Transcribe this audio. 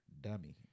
dummy